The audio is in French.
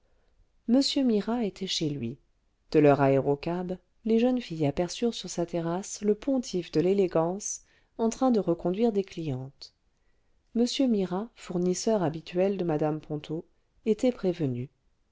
m mira était chez lui de leur aérocab les jeunes filles aperçurent sur sa terrasse le pontife de l'élégance en train de reconduire des clientes m mira fournisseur habituel de mme ponto était prévenu